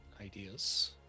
ideas